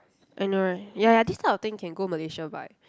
I know right ya ya this kind of thing can go Malaysia buy